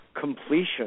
completion